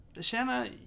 Shanna